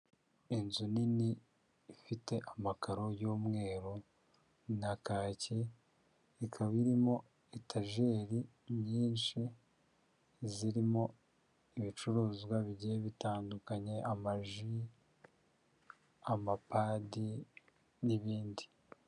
Inzu nini ifite amakaro y'umweru na kaki, ikaba irimo etajeri nyinshi zirimo ibicuruzwa bigiye bitandukanye: ama ji, ama padi n'ibindi.